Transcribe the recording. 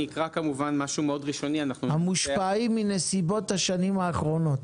היבטים כלכליים המושפעים מנסיבות השנים האחרונות.